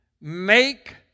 make